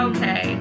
Okay